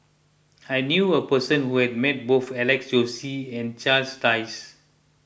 I knew a person who has met both Alex Josey and Charles Dyce